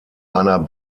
einer